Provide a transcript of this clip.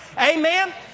Amen